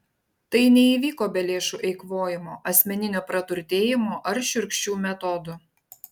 tai neįvyko be lėšų eikvojimo asmeninio praturtėjimo ar šiurkščių metodų